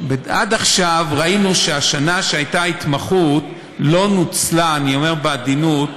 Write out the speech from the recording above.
עד עכשיו ראינו שהשנה שהייתה התמחות לא נוצלה אני אומר בעדינות,